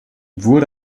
wurde